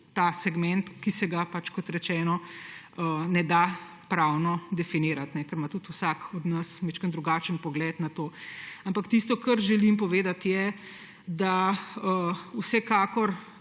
ta segment, ki se ga, kot rečeno, ne da pravno definirati, ker ima tudi vsak od nas malo drugačen pogled na to. Ampak tisto, kar želim povedati, je, da vsekakor